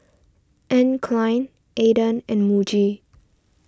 Anne Klein Aden and Muji